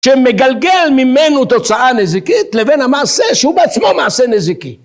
שמגלגל ממנו תוצאה נזיקית לבין המעשה שהוא בעצמו מעשה נזיקי.